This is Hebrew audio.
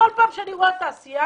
כל פעם שאני רואה תעשיין,